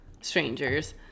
strangers